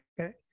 Okay